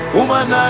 Woman